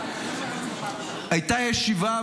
הייתה ישיבה,